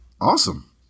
Awesome